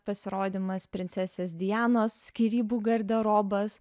pasirodymas princesės dianos skyrybų garderobas